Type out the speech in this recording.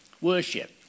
Worship